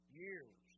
years